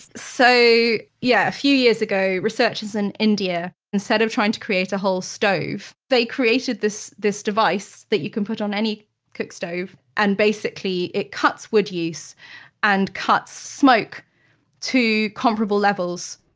yeah few years ago, researchers in india, instead of trying to create a whole stove, they created this this device that you can put on any cookstove and basically it cuts wood use and cuts smoke to comparable levels.